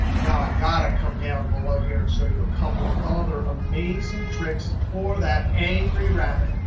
now, i've got to come down below here and show you a couple other amazing tricks for that angry rabbit.